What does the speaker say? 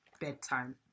bedtime